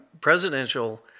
presidential